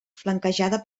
flanquejada